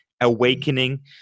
awakening